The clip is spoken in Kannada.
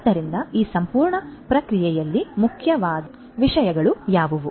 ಆದ್ದರಿಂದ ಈ ಸಂಪೂರ್ಣ ಪ್ರಕ್ರಿಯೆಯಲ್ಲಿ ಮುಖ್ಯವಾದ ವಿಷಯಗಳು ಯಾವುವು